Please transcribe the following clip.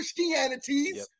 Christianities